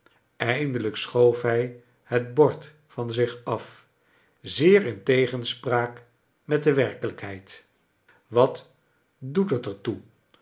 eindelijk schoof hij het bord van zich af zeer in tegenspraak met de werkelijkheid wat doet het er toe